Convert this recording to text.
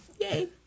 yay